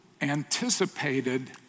anticipated